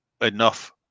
enough